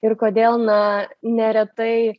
ir kodėl na neretai